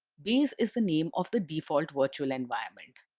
base is the name of the default virtual environment.